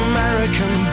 American